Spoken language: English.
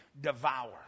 devour